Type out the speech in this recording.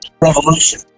Revolution